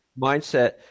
mindset